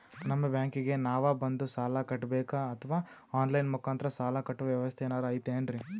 ನಿಮ್ಮ ಬ್ಯಾಂಕಿಗೆ ನಾವ ಬಂದು ಸಾಲ ಕಟ್ಟಬೇಕಾ ಅಥವಾ ಆನ್ ಲೈನ್ ಮುಖಾಂತರ ಸಾಲ ಕಟ್ಟುವ ವ್ಯೆವಸ್ಥೆ ಏನಾರ ಐತೇನ್ರಿ?